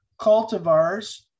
cultivars